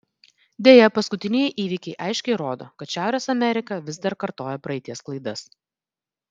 deja paskutinieji įvykiai aiškiai rodo kad šiaurės amerika vis dar kartoja praeities klaidas